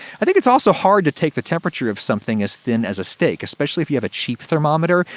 i think it's also hard to take the temperature of something as thin as a steak, especially if you have a cheap thermometer.